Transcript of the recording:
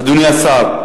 אדוני השר,